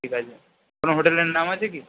ঠিক আছে কোনো হোটেলের নাম আছে কি